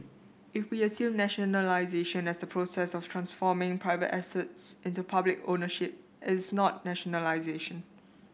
if we assume nationalisation as the process of transforming private assets into public ownership it is not nationalisation